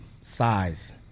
size